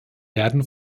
werden